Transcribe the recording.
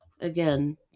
Again